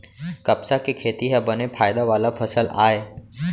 कपसा के खेती ह बने फायदा वाला फसल आय